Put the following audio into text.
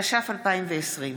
התש"ף 2020,